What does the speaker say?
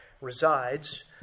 resides